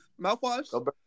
Mouthwash